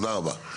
עכשיו אני רגועה.